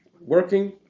working